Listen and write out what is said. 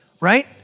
right